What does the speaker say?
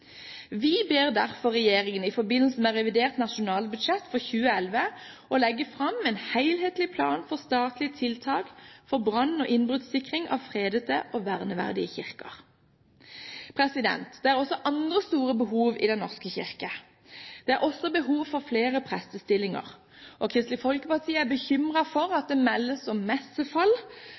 Vi ber derfor regjeringen i forbindelse med revidert nasjonalbudsjett for 2011 legge fram en helhetlig plan for statlige tiltak for brann- og innbruddssikring av fredete og verneverdige kirker. Det er også andre store behov i Den norske kirke. Det er også behov for flere prestestillinger. Kristelig Folkeparti er bekymret for at det meldes om